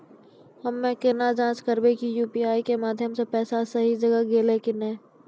हम्मय केना जाँच करबै की यु.पी.आई के माध्यम से पैसा सही जगह गेलै की नैय?